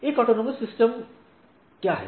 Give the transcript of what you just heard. एक autonomous system या स्वायत्त प्रणाली क्या है